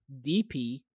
DP